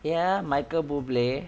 ya michael buble